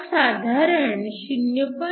हा साधारण 0